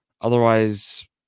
Otherwise